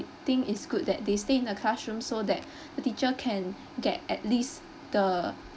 think it's good that they stay in the classroom so that the teacher can get at least the